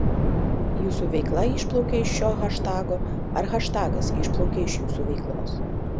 jūsų veikla išplaukė iš šio haštago ar haštagas išplaukė iš jūsų veiklos